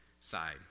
side